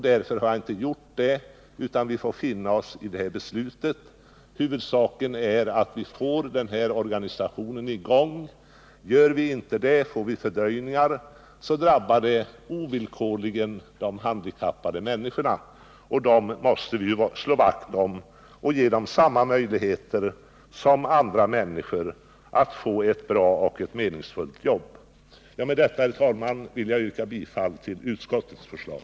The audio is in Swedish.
Därför har jag inte gjort det, utan vi får finna oss i det här beslutet. Huvudsaken är att vi får i gång organisationen. Blir det fördröjningar drabbar det ovillkorligen de handikappade människorna, och dem måste vi ju slå vakt om och ge dem samma möjligheter som andra människor att få ett bra och ett meningsfullt jobb. Med detta, herr talman, vill jag yrka bifall till utskottets förslag.